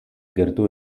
gertu